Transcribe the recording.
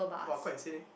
!wah! quite insane leh